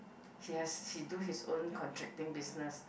he has he do his own contracting business